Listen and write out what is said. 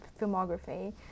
filmography